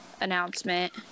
Announcement